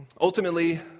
Ultimately